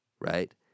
right